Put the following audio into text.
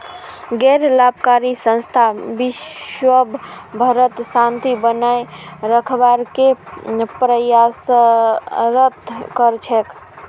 गैर लाभकारी संस्था विशव भरत शांति बनए रखवार के प्रयासरत कर छेक